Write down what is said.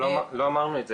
אבל לא אמרנו את זה.